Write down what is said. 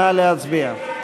נא להצביע.